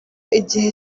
igihe